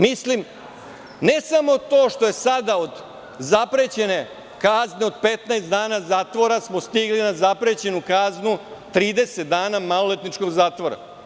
Ne samo to što smo sada od zaprećene kazne od 15 dana zatvora smo stigli na zaprećenu kaznu 30 dana maloletničkog zatvora.